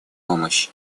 помощь